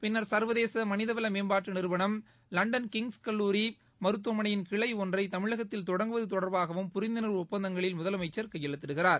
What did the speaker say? பின்னா் சா்வதேச மனிதவள மேம்பாட்டு நிறுவனம் லண்டன் கிங்ஸ் கல்லூரி மருத்துவமனையின் கிளை தமிழகத்தில் தொடங்குவது தொடர்பாகவும் புரிந்துணர்வு ஒப்பந்தங்களில் ஒன்றை முதலமைச்சர் கையெழுத்திடுகிறார்